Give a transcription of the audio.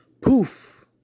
poof